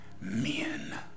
men